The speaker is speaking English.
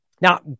Now